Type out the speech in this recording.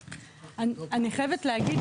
אני חייבת להגיד